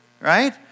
right